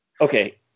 Okay